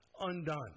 undone